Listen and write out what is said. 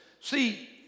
See